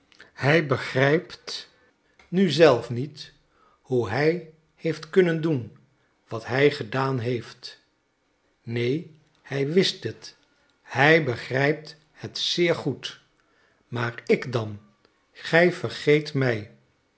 hij begrijpt nu zelf niet hoe hij heeft kunnen doen wat hij gedaan heeft neen hij wist het hij begrijpt het zeer goed maar ik dan gij vergeet mij